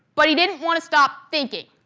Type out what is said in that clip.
but he didn't want to stop thinking.